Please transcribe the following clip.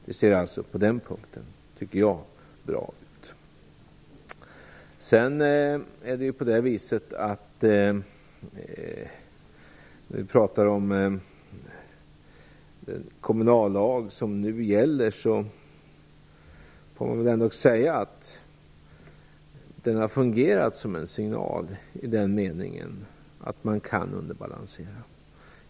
Det ser alltså, tycker jag, bra ut på den punkten. Sedan får man väl ändå säga att den kommunallag som nu gäller har fungerat som en signal i den meningen att man har kunnat underbalansera.